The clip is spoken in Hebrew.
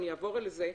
אני אעבור על זה,